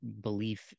belief